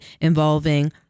involving